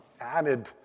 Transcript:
added